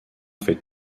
fait